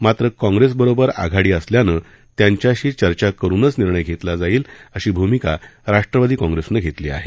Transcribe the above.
मात्र काँग्रेसबरोबर आघाडी असल्यानं त्यांच्याशी चर्चा करुनच निर्णय घेतला जाईल अशी भूमिका राष्ट्रवादी काँग्रेसनं घेतली आहे